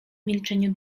milczeniu